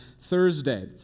Thursday